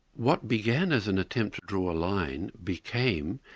what began as an attempt to draw a line became